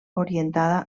orientada